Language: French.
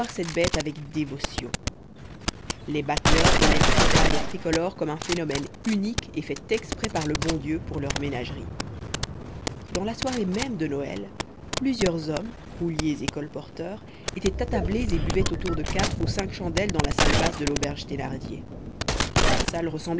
cette bête avec dévotion les bateleurs donnaient la cocarde tricolore comme un phénomène unique et fait exprès par le bon dieu pour leur ménagerie dans la soirée même de noël plusieurs hommes rouliers et colporteurs étaient attablés et buvaient autour de quatre ou cinq chandelles dans la salle basse de l'auberge thénardier cette salle